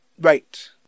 Right